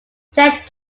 chet